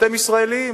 אתם ישראלים.